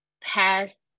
past